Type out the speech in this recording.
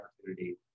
opportunity